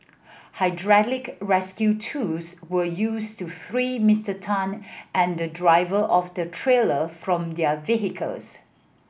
hydraulic rescue tools were used to free Mister Tan and the driver of the trailer from their vehicles